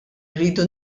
rridu